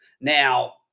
Now